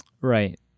Right